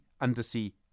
Undersea